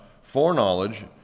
foreknowledge